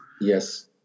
Yes